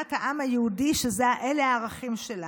כמדינת העם היהודי שאלה הערכים שלה.